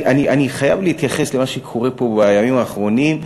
אני חייב להתייחס למה שקורה פה בימים האחרונים,